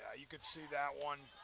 ah you could see that one,